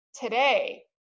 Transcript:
today